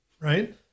right